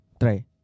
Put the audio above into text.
try